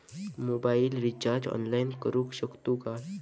Mobile recharge online करुक शकतू काय?